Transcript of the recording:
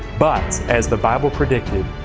but, as the bible predicted,